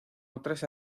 otras